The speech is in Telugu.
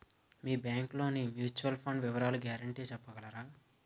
మీ బ్యాంక్ లోని మ్యూచువల్ ఫండ్ వివరాల గ్యారంటీ చెప్పగలరా?